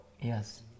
Yes